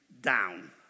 down